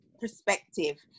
perspective